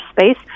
space